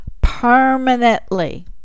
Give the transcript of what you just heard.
permanently